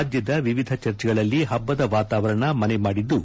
ರಾಜ್ಠದ ವಿವಿಧ ಚರ್ಚ್ಗಳಲ್ಲಿ ಹಬ್ಬದ ವಾತಾವರಣ ಮನೆ ಮಾಡಿದ್ದು